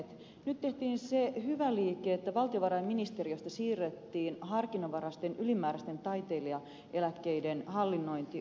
nyt tehtiin se hyvä liike että valtiovarainministeriöstä siirrettiin harkinnanvaraisten ylimääräisten taiteilijaeläkkeiden hallinnointi opetusministeriöön teille